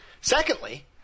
Secondly